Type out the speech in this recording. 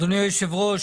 אדוני היושב-ראש,